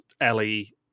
Ellie